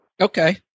Okay